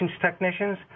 technicians